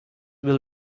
will